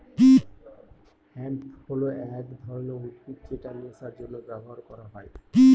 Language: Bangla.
হেম্প হল এক ধরনের উদ্ভিদ যেটা নেশার জন্য ব্যবহার করা হয়